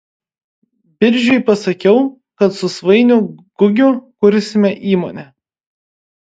biržiui pasakiau kad su svainiu gugiu kursime įmonę